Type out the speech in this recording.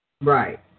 Right